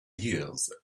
years